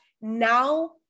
now